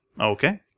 Okay